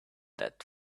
that